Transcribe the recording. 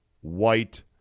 white